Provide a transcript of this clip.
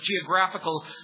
geographical